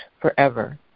forever